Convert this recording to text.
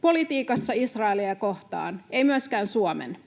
politiikassa Israelia kohtaan, ei myöskään Suomen.